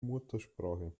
muttersprache